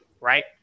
Right